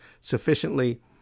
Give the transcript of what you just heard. sufficiently